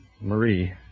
Marie